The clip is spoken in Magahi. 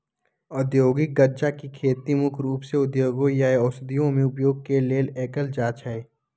औद्योगिक गञ्जा के खेती मुख्य रूप से उद्योगों या औषधियों में उपयोग के लेल कएल जाइ छइ